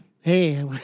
Hey